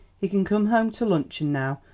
he can come home to luncheon now,